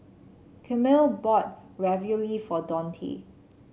Camille bought Ravioli for Dontae